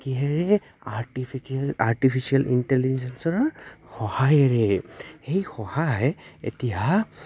কিহেৰে আৰ্টিফি আৰ্টিফিচিয়েল ইণ্টেলিজেঞ্চনৰ সহায়েৰে সেই সহায় এতিয়া